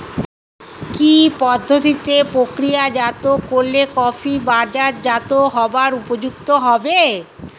কি পদ্ধতিতে প্রক্রিয়াজাত করলে কফি বাজারজাত হবার উপযুক্ত হবে?